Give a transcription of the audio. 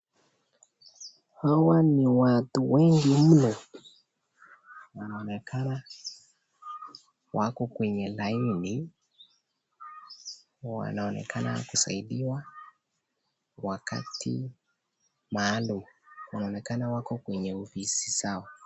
Hawa ni watu wengi mno wanaonekana wako kwenye laini , wanaonekana kusaidiwa wakati maalum, inaonekana wako kwenye ofisi zao.